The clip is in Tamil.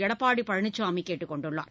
எடப்பாடி பழனிசாமி கேட்டுக் கொண்டுள்ளார்